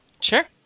Sure